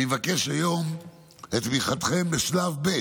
אני מבקש היום את תמיכתכם בשלב ב',